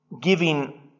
giving